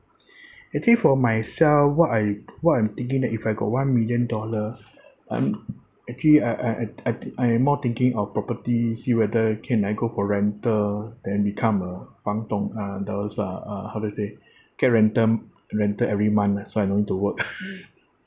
I think for myself what I what I'm thinking that if I got one million dollar I'm actually I I I th~ I th~ I am more thinking of property see whether can I go for rental then become a fang dong uh those uh uh how do you say get rental rental every month lah so I no need to work